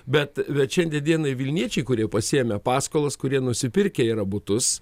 bet bet šiandien dienai vilniečiai kurie pasiėmę paskolas kurie nusipirkę yra butus